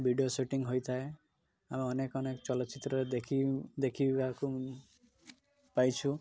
video shooting ହୋଇଥାଏ ଆମେ ଅନେକ ଅନେକ ଚଳଚ୍ଚିତ୍ରରେ ଦେଖି ଦେଖିବାକୁ ମୁଁ ପାଇଛୁ